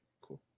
Cool